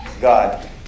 God